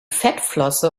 fettflosse